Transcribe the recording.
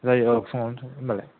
जायो औ फुङाव थांगोन होमब्लालाय